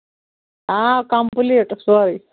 آ کَمپٕلیٖٹ سورُے